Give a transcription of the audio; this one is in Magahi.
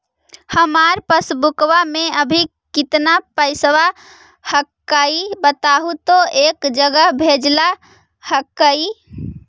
हमार पासबुकवा में अभी कितना पैसावा हक्काई बताहु तो एक जगह भेजेला हक्कई?